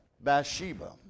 Bathsheba